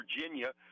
Virginia